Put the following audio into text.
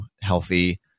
healthy